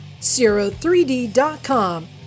Zero3D.com